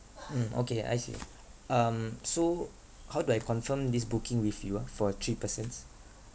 mm okay I see um so how do I confirm this booking with you ah for three persons